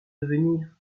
devenir